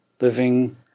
Living